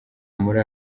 muri